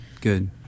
Good